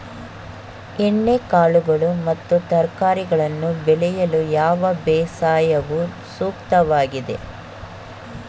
ಎಣ್ಣೆಕಾಳುಗಳು ಮತ್ತು ತರಕಾರಿಗಳನ್ನು ಬೆಳೆಯಲು ಯಾವ ಬೇಸಾಯವು ಸೂಕ್ತವಾಗಿದೆ?